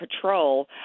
patrol